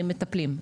מטפלים.